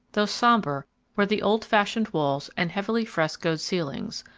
though sombre were the old fashioned walls and heavily frescoed ceilings,